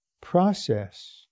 process